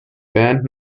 band